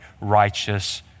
righteous